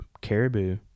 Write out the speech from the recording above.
caribou